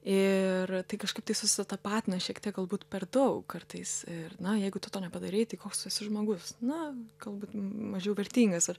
ir tai kažkaip tai susitapatina šiek tiek galbūt per daug kartais ir na jeigu tu to nepadarei tai koks tu esu žmogus na galbūt mažiau vertingas ar